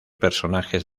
personajes